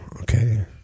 Okay